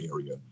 area